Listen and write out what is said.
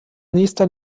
nächster